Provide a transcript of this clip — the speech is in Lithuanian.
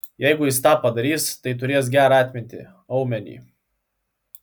jeigu jis tą padarys tai turės gerą atmintį aumenį